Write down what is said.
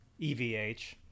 EVH